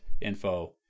info